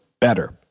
better